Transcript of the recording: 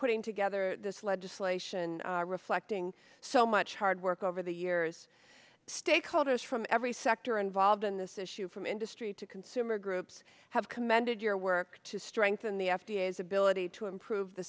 putting together this legislation reflecting so much hard work over the years stakeholders from every sector involved in this issue from industry to consumer groups have commended your work to strengthen the f d a as ability to improve the